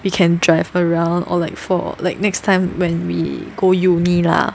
we can drive around or like for like next time when we go uni lah